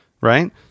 right